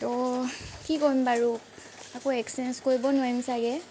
ত' কি কৰিম বাৰু আকৌ এক্সেঞ্জ কৰিব নোৱাৰিম চাগে